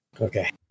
Okay